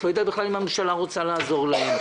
את לא יודעת בכלל אם הממשלה רוצה לעזור להן.